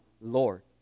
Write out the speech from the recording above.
Lord